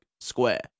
square